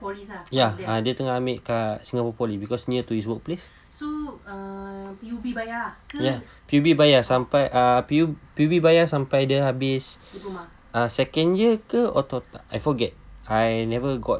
ya dia tengah ambil kat uh singapore poly because near to his workplace ya P_U_B bayar sampai P_U_B bayar sampai habis uh second year ke atau I forget I never got